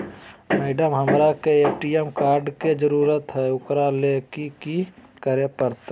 Madam, हमरा के ATM card के जरूरत है ऊकरा ले की की करे परते?